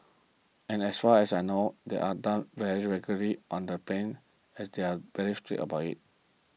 and as far as I know they are done very regularly on the planes as they are very strict about it